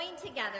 together